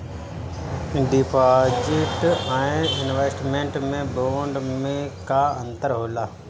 Deposit and investment bond मे का अंतर होला?